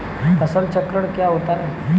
फसल चक्रण क्या होता है?